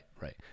Right